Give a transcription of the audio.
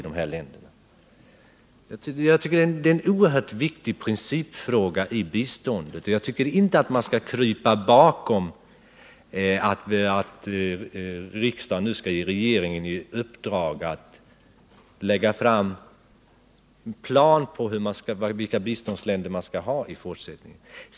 Det är en oerhört viktig principfråga när det gäller biståndet, och jag tycker att man inte skall krypa bakom det faktum att riksdagen nu skall ge regeringen i uppdrag att lägga fram en plan för vilka länder man skall ge bistånd i fortsättningen.